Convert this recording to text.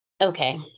Okay